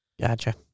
gotcha